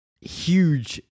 huge